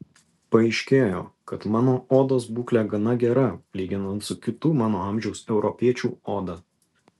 paaiškėjo kad mano odos būklė gana gera lyginant su kitų mano amžiaus europiečių oda